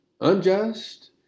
unjust